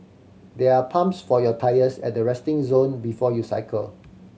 there are pumps for your tyres at the resting zone before you cycle